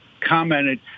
commented